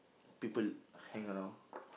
people hang around